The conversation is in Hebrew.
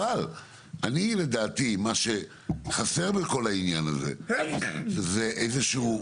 אבל אני לדעתי מה שחסר בכל העניין הזה זה איזשהו